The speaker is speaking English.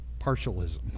partialism